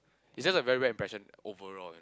it's just a very bad impression overall